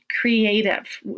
creative